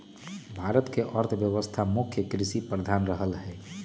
भारत के अर्थव्यवस्था मुख्य कृषि प्रधान रहलै ह